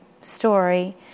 story